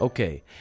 Okay